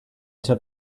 took